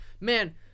man